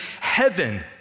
heaven